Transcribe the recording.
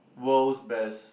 world's best